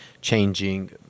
changing